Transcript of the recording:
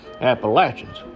Appalachians